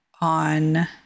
on